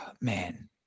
man